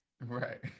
right